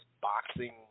boxing